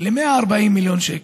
ל-140 מיליון שקל.